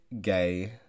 gay